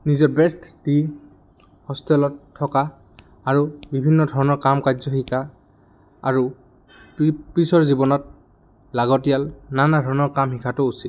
নিজৰ বেষ্ট দি হোষ্টেলত থকা আৰু বিভিন্ন ধৰণৰ কাম কাৰ্য শিকা আৰু পিছৰ জীৱনত লাগতিয়াল নানা ধৰণৰ কাম শিকাটো উচিত